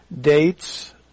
dates